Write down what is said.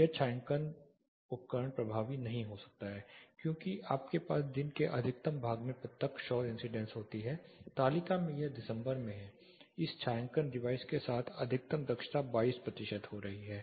यह छायांकन उपकरण प्रभावी नहीं हो सकता है क्योंकि आपके पास दिन के अधिकांश भाग में प्रत्यक्ष सौर इंसीडेंस होती हैं तालिका में यह दिसंबर में है इस छायांकन डिवाइस के साथ अधिकतम दक्षता 22 प्रतिशत हो रही है